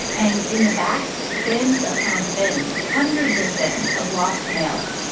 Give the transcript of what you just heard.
and in the back, bins upon bins, hundreds of bins of lost mail